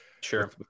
Sure